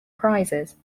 prizes